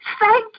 Thank